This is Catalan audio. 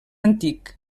antic